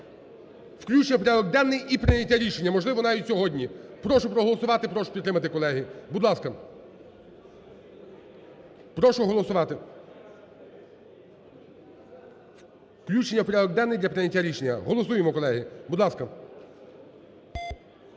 Включення в порядок денний і прийняття рішення, можливо, навіть сьогодні. Прошу проголосувати, прошу підтримати, колеги, будь ласка. Прошу голосувати включення в порядок денний для прийняття рішення. Голосуємо, колеги, будь ласка.